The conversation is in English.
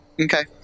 Okay